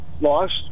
lost